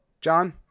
John